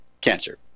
cancer